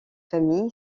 famille